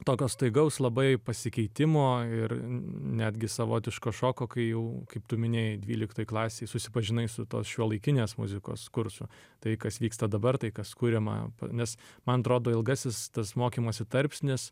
tokio staigaus labai pasikeitimo ir netgi savotiško šoko kai jau kaip tu minėjai dvyliktoj klasėj susipažinai su tos šiuolaikinės muzikos kursu tai kas vyksta dabar tai kas kuriama nes man atrodo ilgasis tas mokymosi tarpsnis